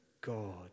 God